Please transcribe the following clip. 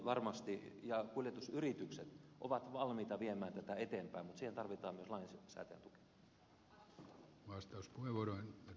ajoneuvoteollisuus ja kuljetusyritykset varmasti ovat valmiita viemään tätä eteenpäin mutta siihen tarvitaan myös lainsäätäjän tuki